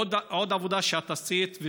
עוד עבודה שאת עשית,